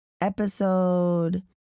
episode